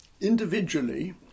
individually